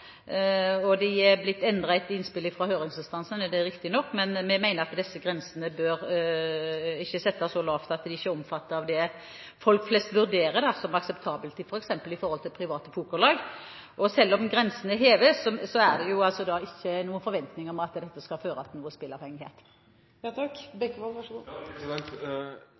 og de er riktignok blitt endret etter innspill fra høringsinstansene, men vi mener at disse grensene ikke bør settes så lavt at de ikke er omfattet av det folk flest vurderer som akseptabelt, f.eks. når det gjelder private pokerlag. Selv om grensene heves, er det ikke noen forventninger om at dette skal føre til